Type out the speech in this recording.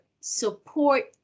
support